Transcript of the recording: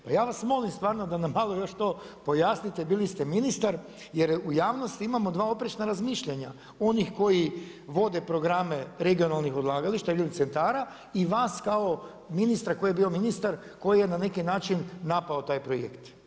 Pa ja vas molim stvarno da nam malo još to pojasnite, bili ste ministar jer u javnosti imamo dva oprečna razmišljanja, onih koji vode programe regionalnih odlagališta ili centara i vas kao ministra koji je bio ministar koji je na neki način napao taj projekt.